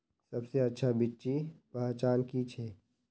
सबसे अच्छा बिच्ची पहचान की छे?